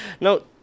no